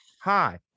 hi